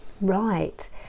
right